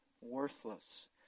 worthless